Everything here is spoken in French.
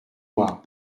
moi